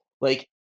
Like-